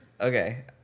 Okay